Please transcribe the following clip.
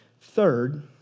Third